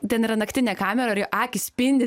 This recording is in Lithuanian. ten yra naktinė kamera ir jo akys spindi